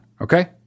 Okay